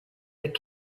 that